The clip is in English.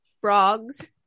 Frogs